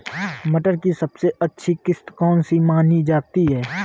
मटर की सबसे अच्छी किश्त कौन सी मानी जाती है?